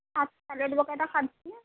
آپ سیلڈ وغیرہ کھاتی ہیں